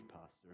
pastor